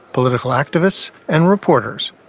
political activists and reporters.